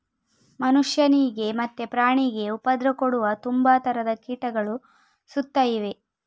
ಮನುಷ್ಯನಿಗೆ ಮತ್ತೆ ಪ್ರಾಣಿಗೆ ಉಪದ್ರ ಕೊಡುವ ತುಂಬಾ ತರದ ಕೀಟಗಳು ಸುತ್ತ ಇವೆ